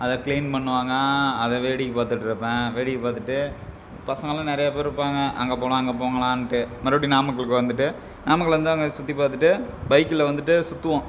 அதை க்ளீன் பண்ணுவாங்க அதை வேடிக்கை பார்த்துட்ருப்பேன் வேடிக்கை பார்த்துட்டு பசங்களாம் நிறையா பேர் இருப்பாங்க அங்கேப் போகலாம் அங்கேப் போகலான்ட்டு மறுபடியும் நாமக்கலுக்கு வந்துட்டு நாமக்கல் வந்து அங்கே சுற்றிப் பார்த்துட்டு பைக்கில் வந்துட்டு சுற்றுவோம்